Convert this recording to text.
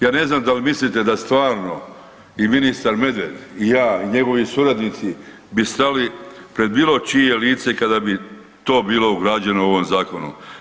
Ja ne znam da li mislite da stvarno i ministar Medved i ja i njegovi suradnici bi stali pred bilo čije lice kada bi to bilo ugrađeno u ovom zakonu.